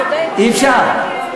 אי-אפשר.